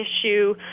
issue